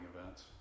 events